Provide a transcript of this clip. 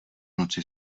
noci